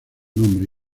nombre